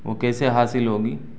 وہ کیسے حاصل ہوگی